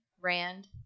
Rand